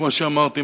כמו שאמרתי,